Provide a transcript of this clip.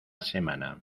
semana